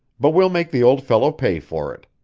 but we'll make the old fellow pay for it.